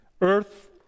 Earth